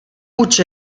huts